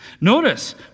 Notice